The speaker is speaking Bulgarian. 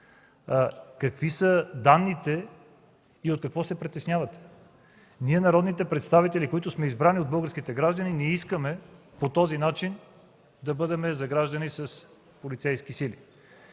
какви са данните и от какво се притеснявате? Ние, народните представители, които сме избрани от българските граждани, не искаме да бъдем заграждани по този начин с полицейски сили.